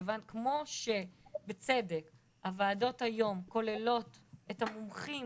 כמו שבצדק הוועדות היום כוללות את המומחים